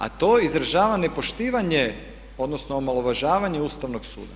A to izražava nepoštivanje odnosno omalovažavanje Ustavnog suda.